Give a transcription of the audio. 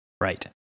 Right